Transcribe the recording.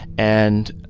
and